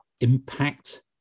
impact